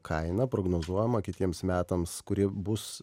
kainą prognozuojamą kitiems metams kuri bus